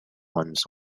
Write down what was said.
ones